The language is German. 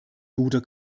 guter